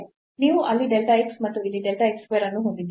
ನೀವು ಅಲ್ಲಿ delta x ಮತ್ತು ಇಲ್ಲಿ delta x square ಅನ್ನು ಹೊಂದಿದ್ದೀರಿ